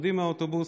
יורדים מהאוטובוס.